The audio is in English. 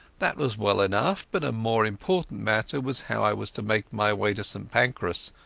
that was well enough, but a more important matter was how i was to make my way to st pancras,